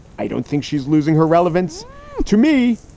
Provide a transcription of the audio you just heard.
i don't think she's losing her relevance to me.